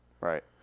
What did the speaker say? Right